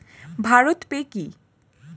Bharat pay কি?